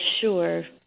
sure